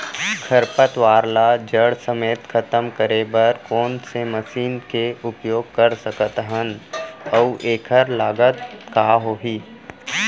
खरपतवार ला जड़ समेत खतम करे बर कोन से मशीन के उपयोग कर सकत हन अऊ एखर लागत का होही?